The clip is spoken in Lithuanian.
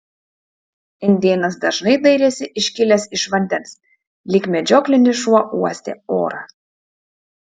indėnas dažnai dairėsi iškilęs iš vandens lyg medžioklinis šuo uostė orą